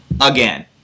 again